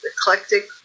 eclectic